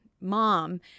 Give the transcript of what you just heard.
mom